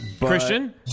Christian